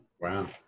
Wow